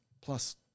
plus